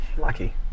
Lucky